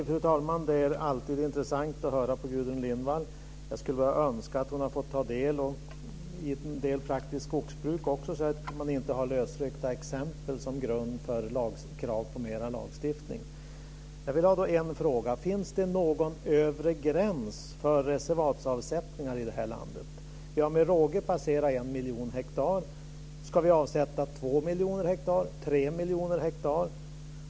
Fru talman! Det är alltid intressant att lyssna på Gudrun Lindvall. Jag skulle bara önskat att hon hade fått ta del i en del praktiskt skogsbruk, så att det inte bara blir lösryckta exempel som grund för krav på mer lagstiftning. Jag har en fråga. Finns det någon övre gräns för reservatsavsättningar i det här landet? Vi har med råge passerat en miljon hektar. Ska vi avsätta två miljoner hektar eller tre miljoner hektar?